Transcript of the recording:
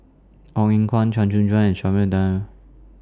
Ong Eng Guan Chua Joon Siang and Dyer